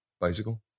Bicycle